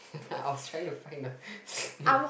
I was trying to find the